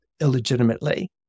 illegitimately